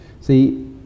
See